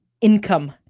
income